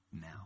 now